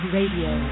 Radio